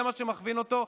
זה מה שמכווין אותו,